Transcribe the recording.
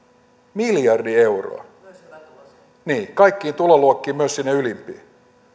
miljardi euroa niin kaikkiin tuloluokkiin myös sinne ylimpiin